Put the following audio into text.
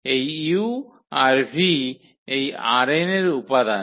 এই u আর v এই ℝn এর উপাদান